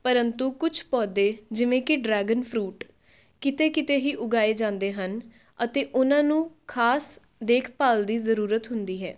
ਪਰੰਤੂ ਕੁਝ ਪੌਦੇ ਜਿਵੇਂ ਕਿ ਡਰੈਗਨ ਫਰੂਟ ਕਿਤੇ ਕਿਤੇ ਹੀ ਉਗਾਏ ਜਾਂਦੇ ਹਨ ਅਤੇ ਉਨਾਂ ਨੂੰ ਖਾਸ ਦੇਖਭਾਲ ਦੀ ਜ਼ਰੂਰਤ ਹੁੰਦੀ ਹੈ